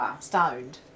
stoned